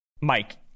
Mike